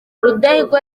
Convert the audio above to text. rudahigwa